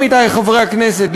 עמיתי חברי הכנסת,